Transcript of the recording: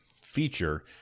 feature